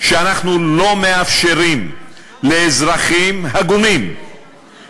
שאנחנו לא מאפשרים לאזרחים הגונים